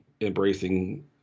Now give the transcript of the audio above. embracing